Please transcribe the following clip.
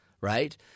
right